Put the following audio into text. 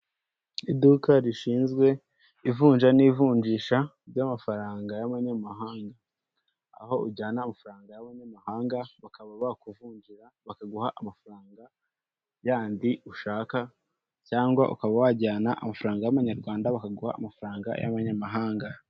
Iduka rishinzwe ivunja n'ivunjisha ry'amafaranga y'abanyamahanga. Aho ujyana amafaranga y'abanyamahanga bakaba bakuvunjira bakaguha amafaranga yandi ushaka, cyangwa ukaba wajyana amafaranga y'Amanyarwanda bakaguha amafaranga y'abanyamahanga.